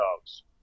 dogs